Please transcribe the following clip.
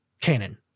canon